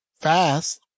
fast